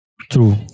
True